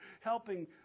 helping